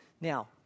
now